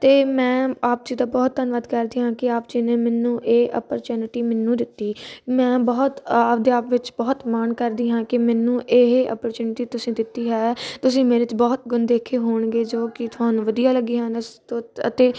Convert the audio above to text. ਅਤੇ ਮੈਂ ਆਪ ਜੀ ਦਾ ਬਹੁਤ ਧੰਨਵਾਦ ਕਰਦੀ ਹਾਂ ਕਿ ਆਪ ਜੀ ਨੇ ਮੈਨੂੰ ਇਹ ਅਪਰਚੁਨਟੀ ਮੈਨੂੰ ਦਿੱਤੀ ਮੈਂ ਬਹੁਤ ਆਪਣੇ ਆਪ ਵਿੱਚ ਬਹੁਤ ਮਾਣ ਕਰਦੀ ਹਾਂ ਕਿ ਮੈਨੂੰ ਇਹ ਅਪਰਚੁਨਿਟੀ ਤੁਸੀਂ ਦਿੱਤੀ ਹੈ ਤੁਸੀਂ ਮੇਰੇ 'ਚ ਬਹੁਤ ਗੁਣ ਦੇਖੇ ਹੋਣਗੇ ਜੋ ਕਿ ਤੁਹਾਨੂੰ ਵਧੀਆ ਲੱਗੇ ਹਨ ਇਸਤੋਂ ਤਾਂ ਅਤੇ